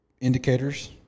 indicators